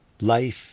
life